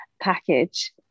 package